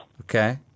Okay